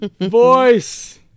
voice